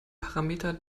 parameter